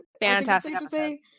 Fantastic